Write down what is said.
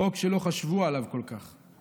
חוק שלא חשבו עליו כל כך";